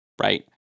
right